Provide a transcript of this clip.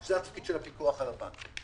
זה התפקיד של הפיקוח על הבנקים.